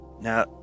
Now